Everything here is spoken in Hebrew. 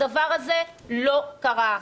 הדבר הזה לא קרה.